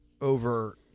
over